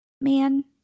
man